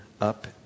up